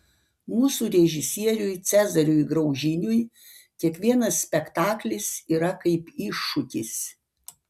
mūsų režisieriui cezariui graužiniui kiekvienas spektaklis yra kaip iššūkis